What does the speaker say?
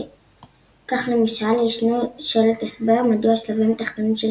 כך למשל ישנו שלט הסבר מדוע השלבים התחתונים של